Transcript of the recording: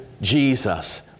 Jesus